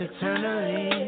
Eternally